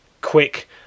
quick